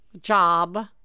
job